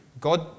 God